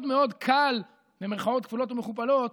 מאוד מאוד "קל", במירכאות כפולות ומכופלות,